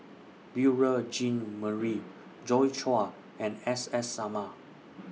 Beurel Jean Marie Joi Chua and S S Sarma